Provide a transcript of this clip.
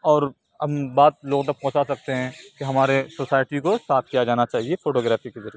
اور ہم بات لوگوں تک پہنچا سکتے ہیں کہ ہمارے سوسائٹی کو صاف کیا جانا چاہیے فوٹو گرافی کے ذریعہ